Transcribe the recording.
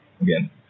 again